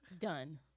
Done